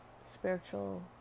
spiritual